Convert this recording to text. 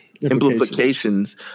implications